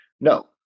No